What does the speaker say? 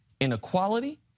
inequality